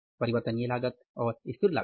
परिवर्तनीय लागत और स्थिर लागत